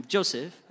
Joseph